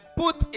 put